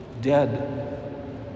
dead